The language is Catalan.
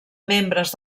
membres